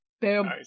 Boom